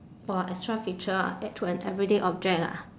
!wah! extra feature ah add to an everyday object ah